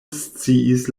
sciis